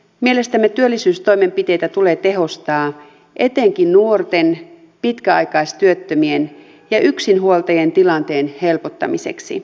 mielestämme työllisyystoimenpiteitä tulee tehostaa etenkin nuorten pitkäaikaistyöttömien ja yksinhuoltajien tilanteen helpottamiseksi